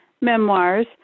memoirs